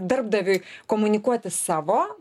darbdaviui komunikuoti savo